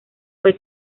fue